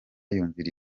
yumvira